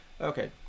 Okay